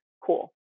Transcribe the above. cool